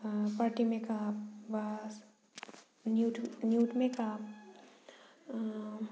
party makeup बा nude nude makeup